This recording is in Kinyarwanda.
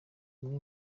umwe